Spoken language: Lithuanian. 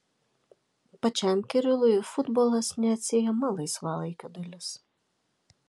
pačiam kirilui futbolas neatsiejama laisvalaikio dalis